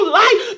life